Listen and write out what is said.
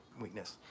weakness